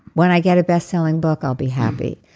when i get a best selling book, i'll be happy.